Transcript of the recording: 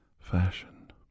fashion